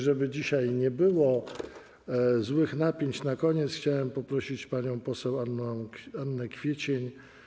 Żeby dzisiaj nie było złych napięć na koniec, chciałem poprosić panią poseł Annę Kwiecień.